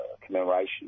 commemoration